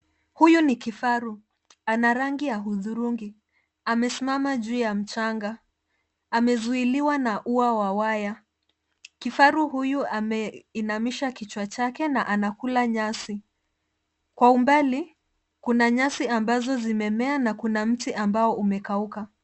Huyu ni kifaru. Ana rangi ya hudhurungi. Amesimama juu ya mchanga. Amezuiliwa na ua wa waya. Kifaru huyu ameinamisha kichwa chake na anakula nyasi. Kwa umbali, kuna nyasi ambazo zimemea na kuna mti ambao umekauka.